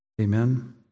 Amen